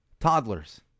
Toddlers